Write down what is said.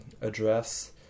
address